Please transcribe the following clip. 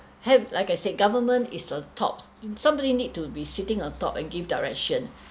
have like I said government is on top somebody need to be sitting on top and give direction